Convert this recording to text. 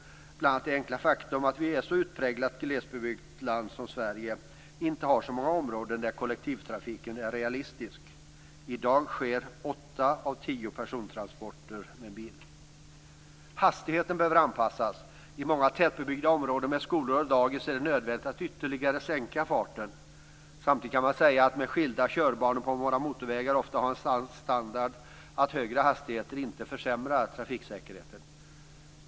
Bl.a. beror det på det enkla faktum att Sverige är ett så utpräglat glesbebyggt land där det inte finns många områden där kollektivtrafik är realistiskt. I dag sker åtta av tio persontransporter med bil. Hastigheten behöver anpassas. I många tätbebyggda områden med skolor och dagis är det nödvändigt att ytterligare sänka farten. Samtidigt kan man säga att skilda körbanor på våra motorvägar gör att de har en sådan standard att högre hastigheter inte försämrar trafiksäkerheten.